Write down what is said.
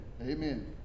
Amen